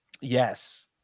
Yes